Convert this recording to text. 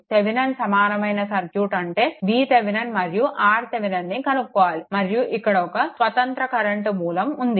Thevenin సమానమైన circuit అంటే VThevenin మరియు RThevenin ని కనుక్కోవాలి మరియు ఇక్కడ ఒక స్వతంత్ర కరెంట్ మూలం ఉంది